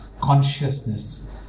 consciousness